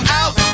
out